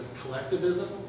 collectivism